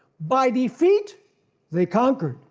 by defeat they conquered.